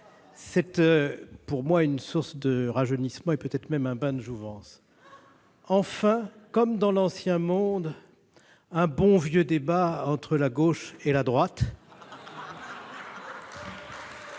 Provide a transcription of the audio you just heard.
c'est une source de rajeunissement, peut-être même un bain de jouvence. Enfin, comme dans l'ancien monde, un bon vieux débat entre la gauche et la droite